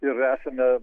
ir esame